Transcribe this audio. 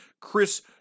Chris